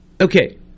Okay